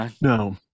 No